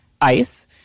ICE